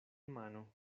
mano